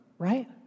right